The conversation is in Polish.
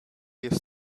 jest